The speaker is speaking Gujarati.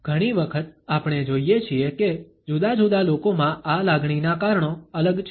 ઘણી વખત આપણે જોઇએ છીએ કે જુદા જુદા લોકોમાં આ લાગણીના કારણો અલગ છે